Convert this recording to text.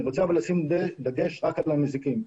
אבל אני רוצה לשים דגש רק על המזיקים.